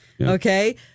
Okay